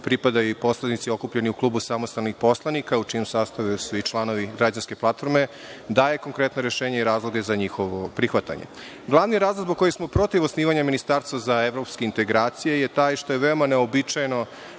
pripadaju i poslanici okupljeni u Klubu samostalnih poslanika, u čijem sastavu su i članovi Građanske platforme, daje konkretna rešenja i razloge za njihovo prihvatanje. Glavni razlog zbog kojeg smo protiv osnivanja ministarstva za evropske integracije je taj što je veoma neobičajeno